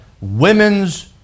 women's